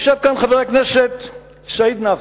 יושב כאן חבר הכנסת סעיד נפאע,